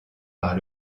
par